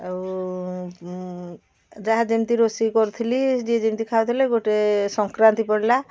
ଆଉ ମୁଁ ଯାହା ଯେମିତି ରୋଷେଇ କରୁଥିଲି ଯିଏ ଯେମିତି ଖାଉଥିଲେ ଗୋଟେ ସଂକ୍ରାନ୍ତି ପଡ଼ିଲା